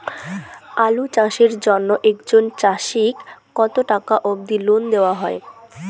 আলু চাষের জন্য একজন চাষীক কতো টাকা অব্দি লোন দেওয়া হয়?